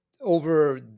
over